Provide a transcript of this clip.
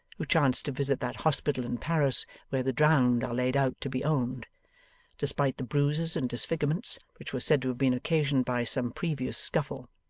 who chanced to visit that hospital in paris where the drowned are laid out to be owned despite the bruises and disfigurements which were said to have been occasioned by some previous scuffle.